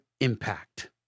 impact